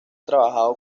trabajado